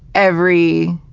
every,